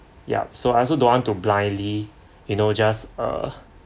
yup so I also don't want to blindly you know just uh